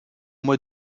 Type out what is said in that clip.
mois